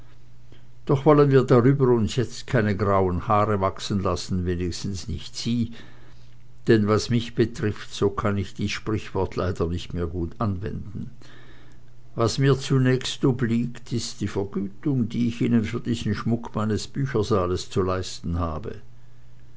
doch wollen wir darüber uns jetzt keine grauen haare wachsen lassen wenigstens nicht sie denn was mich betrifft so kann ich dies sprichwort leider nicht mehr gut anwenden was mir zunächst obliegt ist die vergütung die ich ihnen für diesen schmuck meines büchersaales zu leisten habe